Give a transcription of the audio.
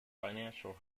financial